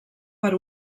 per